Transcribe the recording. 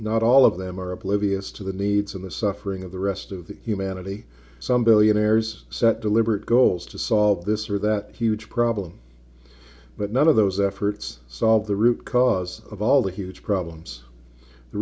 not all of them are oblivious to the needs of the suffering of the rest of the humanity some billionaires set deliberate goals to solve this or that huge problem but none of those efforts solve the root cause of all the huge problems the